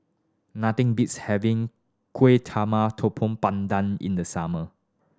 nothing beats having kuih talma topong pandan in the summer